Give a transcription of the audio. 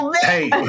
Hey